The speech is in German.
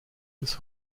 des